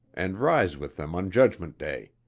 and rise with them on judgment day.